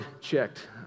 checked